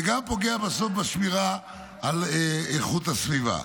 וגם פוגע בסוף בשמירה על איכות הסביבה.